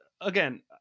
again